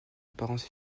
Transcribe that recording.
apparence